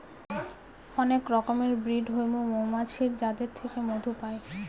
অনেক রকমের ব্রিড হৈমু মৌমাছির যাদের থেকে মধু পাই